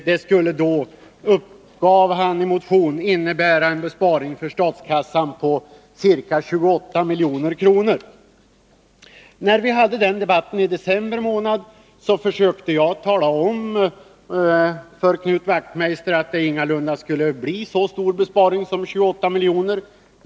Detta skulle, uppgavs i motionen, innebära en besparing för statskassan på ca 28 milj.kr. När vi förde den debatten i december försökte jag tala om för Knut Wachtmeister att det ingalunda skulle bli så stor besparing som 28 milj.kr.